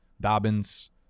Dobbins